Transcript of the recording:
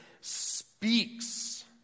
speaks